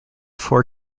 four